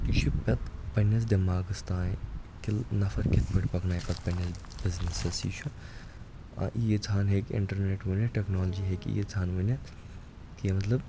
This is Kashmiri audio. یہِ چھُ پَتہٕ پَنٕنِس دٮ۪ماغَس تانۍ کہِ نَفَر کِتھٕ پٲٹھۍ پَکنایہِ پَتہٕ پَنٕنِس بِزنِسَس یہِ چھُ ییٖژہَن ہیٚکہِ اِنٹَرنیٚٹ ؤنِتھ ٹٮ۪کنالجی ہیٚکہِ ییٖژہَن ؤنِتھ کہِ مطلب